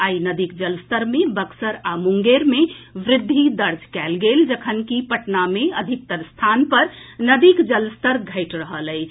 आई नदीक जलस्तर मे बक्सर आ मुंगेर मे वृद्धि दर्ज कयल गेल जखनकि पटना मे अधिकतर स्थान पर नदीक जलस्तर घटि रहल अछि